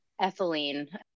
ethylene